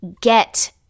get